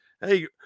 Hey